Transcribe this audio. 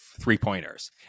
three-pointers